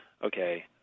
okay